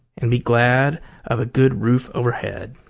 and be glad of a good roof overhead.